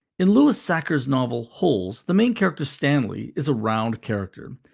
in louis sachar's novel, holes, the main character, stanley, is a round character.